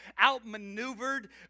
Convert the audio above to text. outmaneuvered